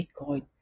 Bitcoin